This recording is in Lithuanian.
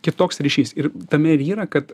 kitoks ryšys ir tame ir yra kad